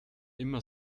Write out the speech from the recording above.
immer